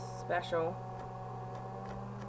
special